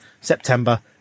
September